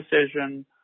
decision